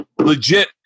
legit